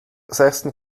sechsten